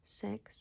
six